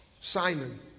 Simon